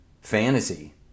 fantasy